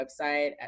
website